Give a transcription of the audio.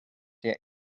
der